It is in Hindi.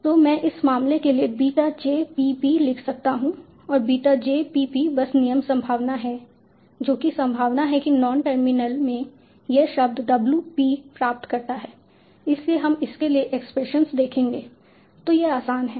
तो मैं उस मामले के लिए बीटा j p p लिख सकता हूं और बीटा j p p बस नियम संभावना है जो कि संभावना है कि नॉन टर्मिनल में यह शब्द W p प्राप्त करता है इसलिए हम इसके लिए एक्सप्रेशन देखेंगे तो यह आसान है